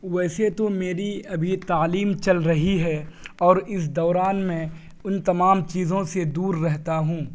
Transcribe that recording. ویسے تو میری ابھی تعلیم چل رہی ہے اور اس دوران میں ان تمام چیزوں سے دور رہتا ہوں